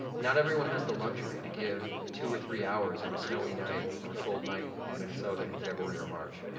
not everyone has the luxury to give two or three hours on a snowy night or a cold night in minnesota in february or march.